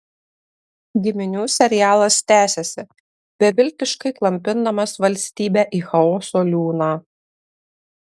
giminių serialas tęsiasi beviltiškai klampindamas valstybę į chaoso liūną